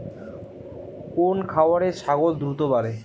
কোন খাওয়ারে ছাগল দ্রুত বাড়ে?